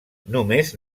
només